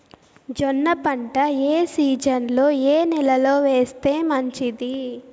జొన్న పంట ఏ సీజన్లో, ఏ నెల లో వేస్తే మంచిది?